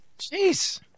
Jeez